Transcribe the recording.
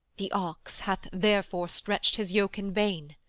the ox hath therefore stretch'd his yoke in vain,